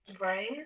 Right